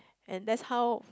and that's how